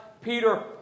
Peter